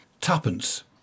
Tuppence